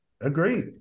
Agreed